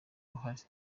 uruhare